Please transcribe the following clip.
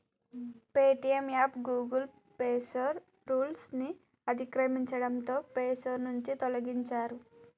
Paytm app Google play store rules ని అతిక్రమించడంతో play store నుంచి తొలగించారు